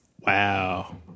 Wow